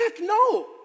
no